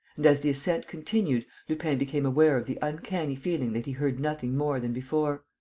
and, as the ascent continued, lupin became aware of the uncanny feeling that he heard nothing more than before.